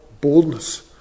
boldness